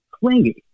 clingy